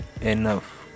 enough